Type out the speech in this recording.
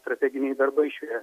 strateginiai darbai šioje